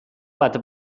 bat